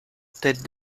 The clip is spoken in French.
tête